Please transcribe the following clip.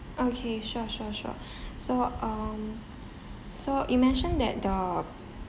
okay sure sure sure so um so you mentioned that the